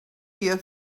your